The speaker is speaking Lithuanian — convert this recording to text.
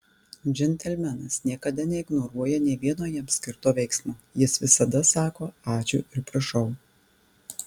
džentelmenas niekada neignoruoja nė vieno jam skirto veiksmo jis visada sako ačiū ir prašau